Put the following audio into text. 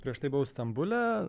prieš tai buvau stambule